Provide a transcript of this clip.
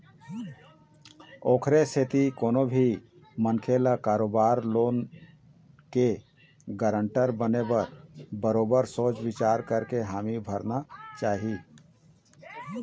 ओखरे सेती कोनो भी मनखे ल कखरो लोन के गारंटर बने बर बरोबर सोच बिचार करके हामी भरना चाही